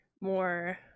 more